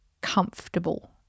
comfortable